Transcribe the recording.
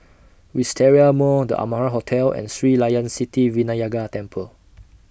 Wisteria Mall The Amara Hotel and Sri Layan Sithi Vinayagar Temple